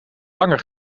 lange